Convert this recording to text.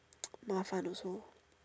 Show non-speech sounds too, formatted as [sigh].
[noise] 麻烦 also